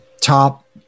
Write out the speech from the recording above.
top